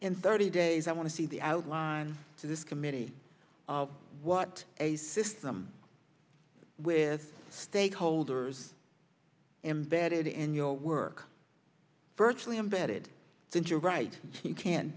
and thirty days i want to see the outline to this committee what a system with stakeholders embedded in your work virtually embedded since you're right you can